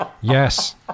yes